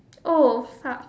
oh fuck